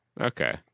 Okay